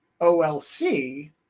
OLC